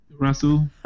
Russell